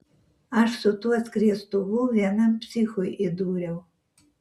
aš su tuo skriestuvu vienam psichui įdūriau